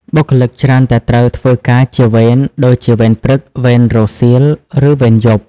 បុគ្គលិកច្រើនតែត្រូវធ្វើការជាវេន ដូចជាវេនព្រឹក វេនរសៀល ឬវេនយប់។